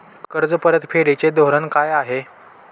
कर्ज परतफेडीचे धोरण काय आहे?